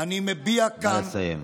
אני מביע כאן, נא לסיים.